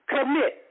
Commit